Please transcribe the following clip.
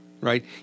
right